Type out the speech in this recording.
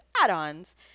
add-ons